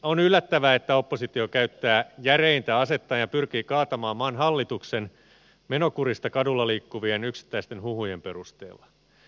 on yllättävää että oppositio käyttää järeintä asettaan ja pyrkii kaatamaan maan hallituksen menokurista kadulla liikkuvien yksittäisten huhujen perusteella